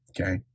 Okay